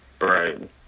Right